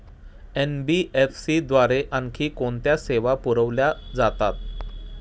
NBFC द्वारे आणखी कोणत्या सेवा पुरविल्या जातात?